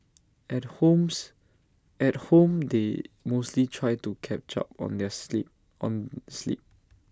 at homes at home they mostly try to catch up on the sleep on sleep